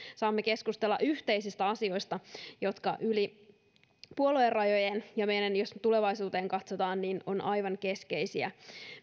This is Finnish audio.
saamme keskustella yhteisistä asioista jotka yli puoluerajojen ja meillä jos tulevaisuuteen katsotaan ovat aivan keskeisiä